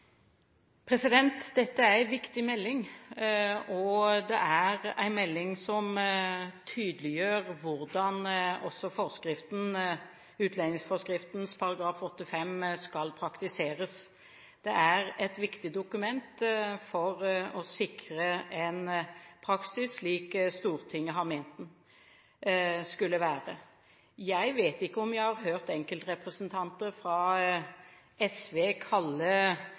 vedtakene? Dette er en viktig melding, en melding som tydeliggjør hvordan utlendingsforskriften § 8-5 skal praktiseres. Det er et viktig dokument for å sikre en praksis slik Stortinget har ment den skal være. Jeg vet ikke om jeg har hørt enkeltrepresentanter fra SV kalle